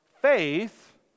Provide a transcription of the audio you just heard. faith